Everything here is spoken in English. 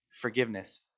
forgiveness